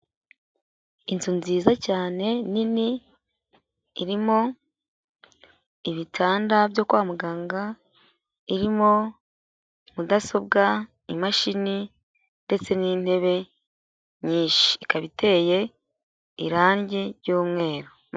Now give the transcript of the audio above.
Inzu nziza cyane, nini, irimo ibitanda byo kwa muganga, irimo mudasobwa, imashini, ndetse n'intebe nyinshi. Ikaba iteye irange ry'umweru.